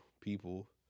people